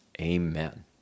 Amen